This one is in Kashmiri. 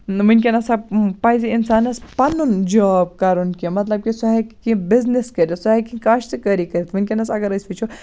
وُنکیٚنَس ہَسا پَزِ اِنسانَس پَنُن جاب کَرُن کیٚنٛہہ مَطلَب کہِ سُہ ہیٚکہِ کیٚنٛہہ بِزنِس کٔرِتھ سُہ ہیٚکہِ کاشتہٕ کٲری کٔرِتھ وُنکیٚنَس اَگَر أسۍ وُچھو